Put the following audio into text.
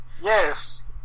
Yes